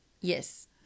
Yes